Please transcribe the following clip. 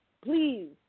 please